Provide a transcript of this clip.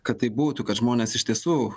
kad taip būtų kad žmonės iš tiesų